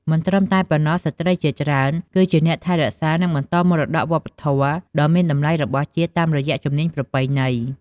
មិនត្រឹមតែប៉ុណ្ណោះទេ ស្ត្រីជាច្រើនគឺជាអ្នកថែរក្សា និងបន្តមរតកវប្បធម៌ដ៏មានតម្លៃរបស់ជាតិតាមរយៈជំនាញប្រពៃណី។